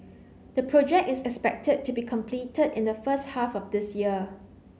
the project is expected to be completed in the first half of this year